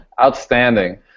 Outstanding